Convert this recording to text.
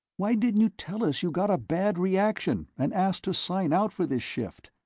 why didn't you tell us you got a bad reaction, and ask to sign out for this shift?